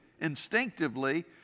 instinctively